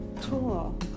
Cool